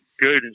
good